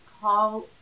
call